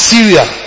Syria